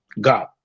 God